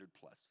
plus